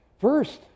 first